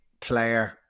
player